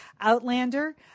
Outlander